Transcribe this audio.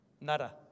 nada